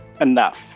enough